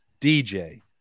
DJ